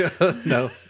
No